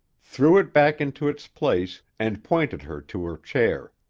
threw it back into its place, and pointed her to her chair.